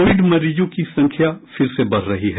Covid मरीजों की संख्या फिर से बढ़ रही है